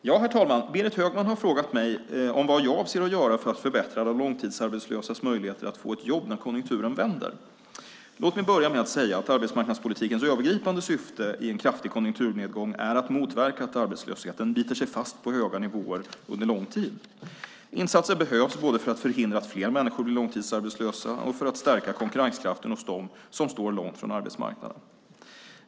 Herr talman! Berit Högman har frågat mig vad jag avser att göra för att förbättra de långtidsarbetslösas möjligheter att få ett jobb när konjunkturen vänder. Låt mig börja med att säga att arbetsmarknadspolitikens övergripande syfte i en kraftig konjunkturnedgång är att motverka att arbetslösheten biter sig fast på höga nivåer under lång tid. Insatser behövs både för att förhindra att fler människor blir långtidsarbetslösa och för att stärka konkurrenskraften hos dem som står långt från arbetsmarknaden.